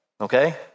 Okay